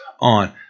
on